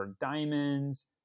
Diamonds